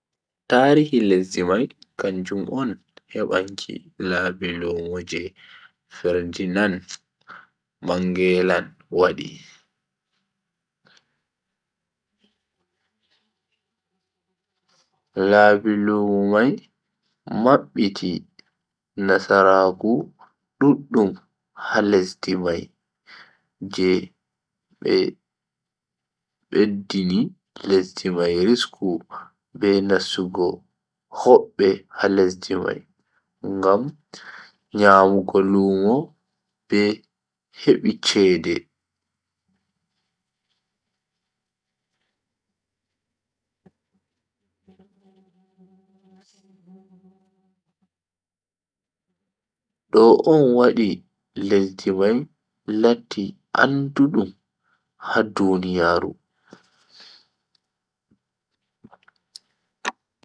Tarihi lesdi mai kanjum on hebanki laabi lumo je ferdinand margellan wadi. laabi lumo mai mabbiti nasaraaku duddum ha lesdi mai je beddini lesdi mai risku be nastugo hobbe ha lesdi mai ngam nyamugo lumo be heba chede. do on wadi lesdi mai latti andaadum ha duniyaaru.